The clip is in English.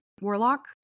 Warlock